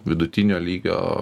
vidutinio lygio